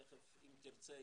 תיכף אם תרצה,